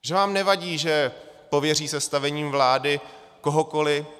Že vám nevadí, že pověří sestavením vlády kohokoli.